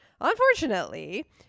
unfortunately